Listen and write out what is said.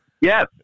Yes